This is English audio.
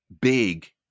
big